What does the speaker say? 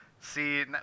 see